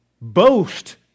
boast